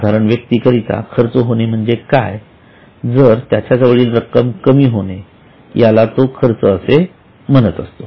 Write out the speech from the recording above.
साधारण व्यक्ती करता खर्च होणे म्हणजे काय जर त्याच्या जवळील रक्कम कमी होणे याला तो खर्च असे म्हणतो